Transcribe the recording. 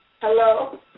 Hello